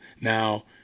now